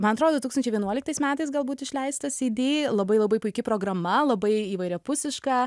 man atrodo du tūkstančiai vienuoliktais metais galbūt išleistas cd labai labai puiki programa labai įvairiapusiška